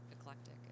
eclectic